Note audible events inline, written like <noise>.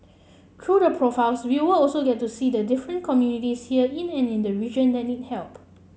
through the profiles viewer also get to see the different communities here in the <unintelligible> region that need help